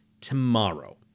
tomorrow